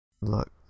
Look